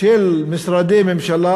של משרדי ממשלה,